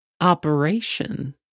operation